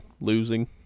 losing